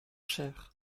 cher